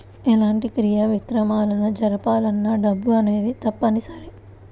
ఎలాంటి క్రయ విక్రయాలను జరపాలన్నా డబ్బు అనేది తప్పనిసరి